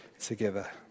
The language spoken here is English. together